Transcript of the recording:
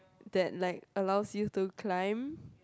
that like allows you to climb